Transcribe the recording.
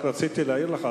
רק רציתי להעיר לך,